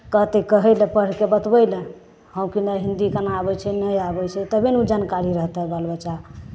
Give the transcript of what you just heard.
कहतै कहय लए पढ़ि कऽ बतबै लए हँ कि नहि हिन्दी केना आबै छै नहि आबै छै तबे ने ओ जानकारी रहतै बालबच्चा